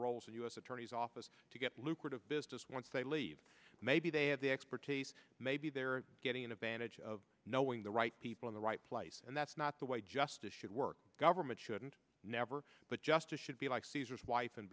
roles of u s attorneys office to get lucrative business once they leave maybe they have the expertise maybe they're getting an advantage of knowing the right people in the right place and that's not the way justice should work government shouldn't never but justice should be like caesar's wife and